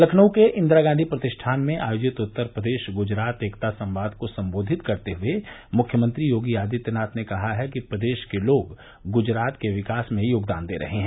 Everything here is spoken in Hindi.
लखनऊ के इंदिरा गांधी प्रतिष्ठान में आयोजित उत्तर प्रदेश गुजरात एकता संवाद को सम्बोधित करते हुये मुख्यमंत्री योगी आदित्यनाथ ने कहा है कि प्रदेश के लोग गृजरात के विकास में योगदान दे रहे हैं